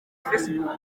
facebook